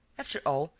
after all,